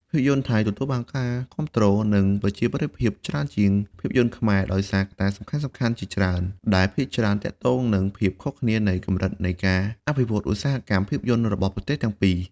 ភាពយន្តថៃទទួលបានការគាំទ្រ និងប្រជាប្រិយភាពច្រើនជាងភាពយន្តខ្មែរ ដោយសារកត្តាសំខាន់ៗជាច្រើន ដែលភាគច្រើនទាក់ទងនឹងភាពខុសគ្នានៃកម្រិតនៃការអភិវឌ្ឍឧស្សាហកម្មភាពយន្តរបស់ប្រទេសទាំងពីរ។